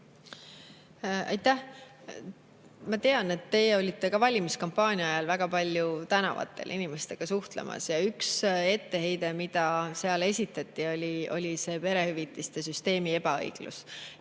Aitäh! Ma tean, et teie olite ka valimiskampaania ajal väga palju tänavatel inimestega suhtlemas. Üks etteheide, mida seal esitati, oli perehüvitiste süsteemi ebaõiglus.